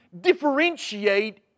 differentiate